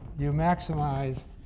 you maximize